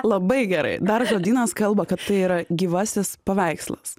labai gerai dar žodynas kalba kad tai yra gyvasis paveikslas